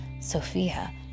Sophia